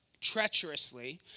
treacherously